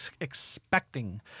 expecting